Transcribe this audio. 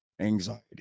anxiety